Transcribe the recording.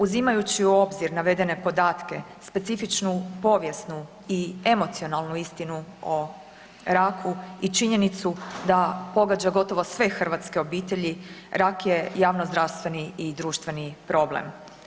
Uzimajući u obzir navedene podatke, specifičnu povijesnu i emocionalnu istinu o raku i činjenicu da pogađa gotovo sve hrvatske obitelji rak je javno zdravstveni i društveni problem.